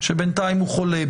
שבנתיים הוא חולה,